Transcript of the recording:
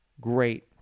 great